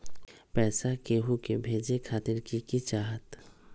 पैसा के हु के भेजे खातीर की की चाहत?